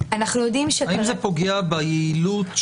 רואים כאן כמות מאוד מאוד גדולה